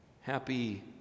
Happy